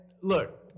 Look